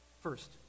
First